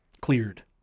cleared